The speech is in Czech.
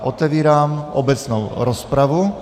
Otevírám obecnou rozpravu.